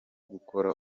gukora